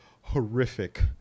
horrific